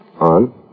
On